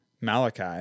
Malachi